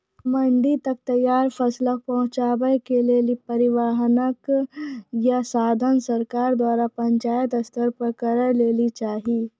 मंडी तक तैयार फसलक पहुँचावे के लेल परिवहनक या साधन सरकार द्वारा पंचायत स्तर पर करै लेली चाही?